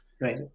Right